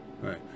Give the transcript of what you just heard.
Right